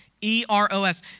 E-R-O-S